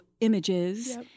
images